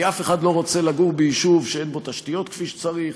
כי אף אחד לא רוצה לגור ביישוב שאין בו תשתיות כפי שצריך,